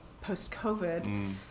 post-covid